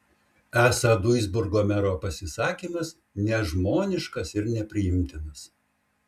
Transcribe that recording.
esą duisburgo mero pasisakymas nežmoniškas ir nepriimtinas